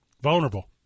Vulnerable